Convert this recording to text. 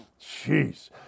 Jeez